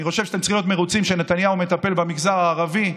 אני חושב שאתם צריכים להיות מרוצים שנתניהו מטפל במגזר הערבי.